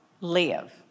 live